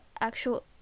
actual